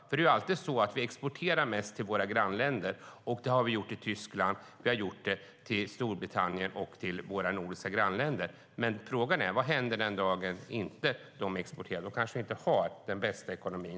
Det är alltid så att vi exporterar mest till våra grannländer; det har vi gjort till Tyskland, Storbritannien och våra nordiska grannländer. Frågan är vad som händer den dagen de inte exporterar. Trots allt har vi då kanske inte den bästa ekonomin.